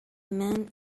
man